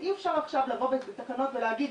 אי אפשר עכשיו לבוא בתקנות ולהגיד,